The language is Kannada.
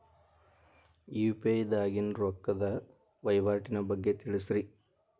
ಯು.ಪಿ.ಐ ದಾಗಿನ ರೊಕ್ಕದ ವಹಿವಾಟಿನ ಬಗ್ಗೆ ತಿಳಸ್ರಿ